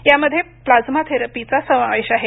यामध्ये प्लाझ्मा थेरपीचा समावेश आहे